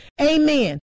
Amen